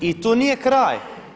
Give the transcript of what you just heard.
I tu nije kraj.